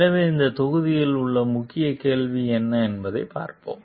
எனவே இந்த தொகுதியில் உள்ள முக்கிய கேள்வி என்ன என்பதைப் பார்ப்போம்